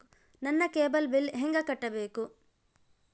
ನನ್ನ cable bill ಹೆಂಗ ಕಟ್ಟಬೇಕು?